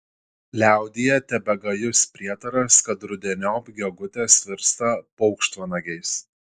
liaudyje tebegajus prietaras kad rudeniop gegutės virsta paukštvanagiais